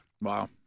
Wow